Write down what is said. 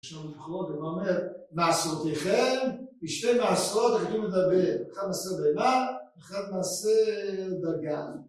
שם במכונות הם אומר, מעשרותיכם, בשתי מעשרות הכתוב מדבר, אחד מעשר בהמה ואחד מעשר דגן